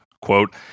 Quote